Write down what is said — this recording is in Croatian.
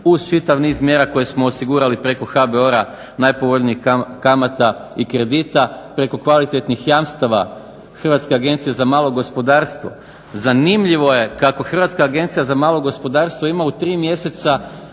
uz čitav niz mjera koje smo osigurali preko HBOR-a najpovoljnijih kamata i kredita preko kvalitetnih jamstava Hrvatske agencije za malo gospodarstvo zanimljivo je kako Hrvatska agencija za malo gospodarstvo ima u tri mjeseca